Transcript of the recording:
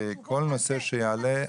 כל נושא שיעלה,